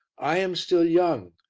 i am still young,